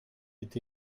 ete